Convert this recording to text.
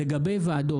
לגבי ועדות.